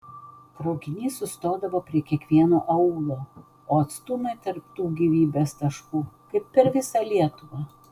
traukinys sustodavo prie kiekvieno aūlo o atstumai tarp tų gyvybės taškų kaip per visą lietuvą